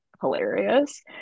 hilarious